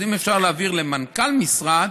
אז אם אפשר להעביר למנכ"ל משרד,